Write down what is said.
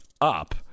up